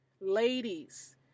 ladies